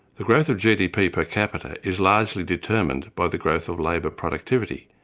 the growth of gdp per capita is largely determined by the growth of labour productivity,